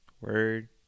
Word